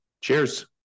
Cheers